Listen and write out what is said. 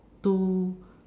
two